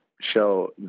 show